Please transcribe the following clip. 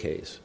case